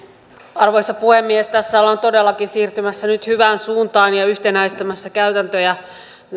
arvoisa puhemies tässä ollaan todellakin siirtymässä nyt hyvään suuntaan ja yhtenäistämässä käytäntöjä